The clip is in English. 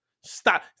stop